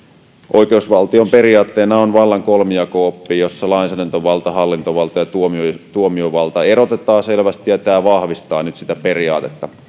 oikeusvaltion periaatteena on vallan kolmijako oppi jossa lainsäädäntövalta hallintovalta ja tuomiovalta erotetaan selvästi ja tämä vahvistaa nyt sitä periaatetta